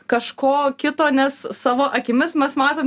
kažko kito nes savo akimis mes matom